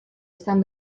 izan